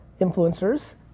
influencers